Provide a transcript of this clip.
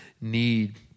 need